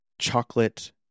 Chocolate